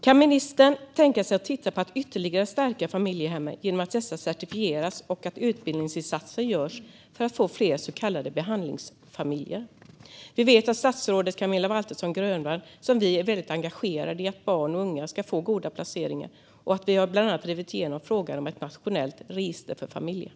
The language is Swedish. Kan ministern tänka sig att titta på att ytterligare stärka familjehemmen genom att dessa certifieras och att utbildningsinsatser görs för att få fler så kallade behandlingsfamiljer? Vi vet att statsrådet Camilla Waltersson Grönvall precis som vi själva är väldigt engagerad i att barn och unga ska få goda placeringar. Vi har bland annat drivit igenom frågan om ett nationellt register för familjehem.